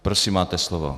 Prosím, máte slovo.